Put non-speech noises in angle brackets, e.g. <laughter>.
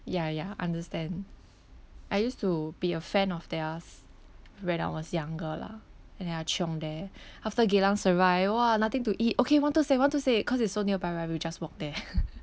ya ya understand I used to be a fan of theirs when I was younger lah and then I chiong there after geylang serai !wah! nothing to eat okay one two six one two six cause it's so nearby right we'll just walk there <laughs>